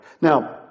now